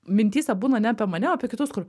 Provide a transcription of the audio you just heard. mintyse būna ne apie mane o apie kitus kur